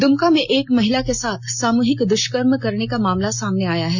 दुमका में एक महिला के साथ सामूहिक दुष्कर्म करने का मामला सामने आया है